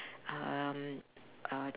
um uh